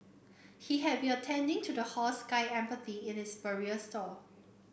he had been attending to the horse Sky Empathy in its barrier stall